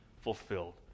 fulfilled